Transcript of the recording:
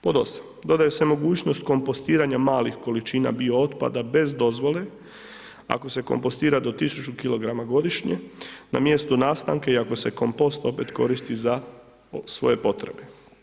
Pod osam, dodaje se mogućnost kompostiranja malih količina biootpada bez dozvole ako se kompostira do 1000 kg godišnje na mjestu nastanka i ako se kompost opet koristi za svoje potrebe.